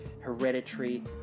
Hereditary